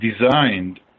designed